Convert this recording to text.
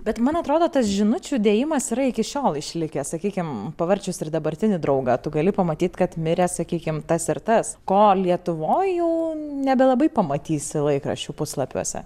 bet man atrodo tas žinučių dėjimas yra iki šiol išlikęs sakykim pavarčius ir dabartinį draugą tu gali pamatyt kad mirė sakykim tas ir tas ko lietuvoje jau nebelabai pamatysi laikraščių puslapiuose